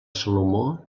salomó